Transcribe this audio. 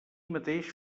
mateix